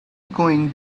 going